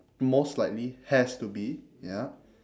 most likely has to be ya